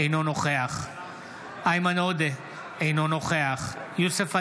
אינו נוכח איימן עודה, אינו נוכח יוסף עטאונה,